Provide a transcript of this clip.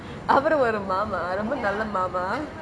அவரு ஒரு மாமா ரொம்ப நல்ல மாமா:avaru oru mama rombe nalla mama